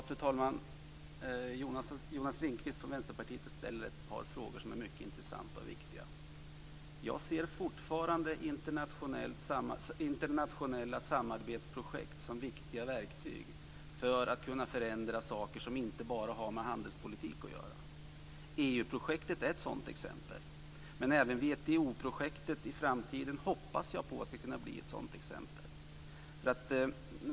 Fru talman! Jonas Ringqvist från Vänsterpartiet ställer att par frågor som är mycket intressanta och viktiga. Jag ser fortfarande internationella samarbetsprojekt som viktiga verktyg för att förändra saker som inte bara har med handelspolitik att göra. EU projektet är ett sådant exempel, men jag hoppas att vi i framtiden även ska kunna se WTO-projektet som ett sådant exempel.